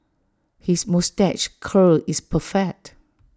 his moustache curl is perfect